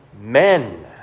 men